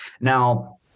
Now